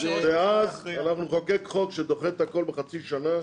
ואז אנחנו נחוקק חוק שדוחה את הכול בחצי שנה,